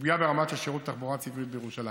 ופגיעה ברמת שירות התחבורה הציבורית בירושלים.